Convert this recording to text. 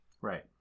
Right